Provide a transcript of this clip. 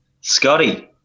Scotty